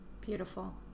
Beautiful